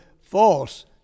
false